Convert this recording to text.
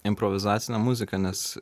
improvizacinę muziką nes